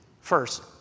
First